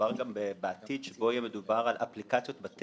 מדובר גם בעתיד שבו יהיה מדובר על אפליקציות בטלפון,